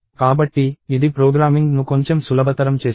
కాబట్టి ఇది ప్రోగ్రామింగ్ను కొంచెం సులభతరం చేస్తుంది